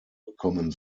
bekommen